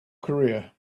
career